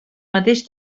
mateix